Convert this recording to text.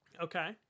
Okay